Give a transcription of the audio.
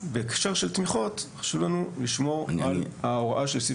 בהקשר של תמיכות חשוב לנו לשמור על ההוראה של סעיף